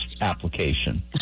application